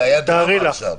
תארי לך.